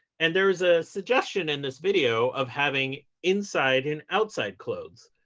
and there is a suggestion in this video of having inside and outside clothes,